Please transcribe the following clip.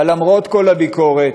אבל למרות כל הביקורת,